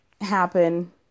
happen